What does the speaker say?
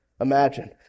imagine